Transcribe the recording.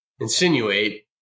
insinuate